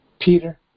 Peter